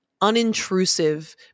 unintrusive